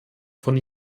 von